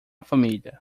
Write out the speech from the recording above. família